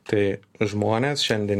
tai žmonės šiandien